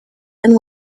and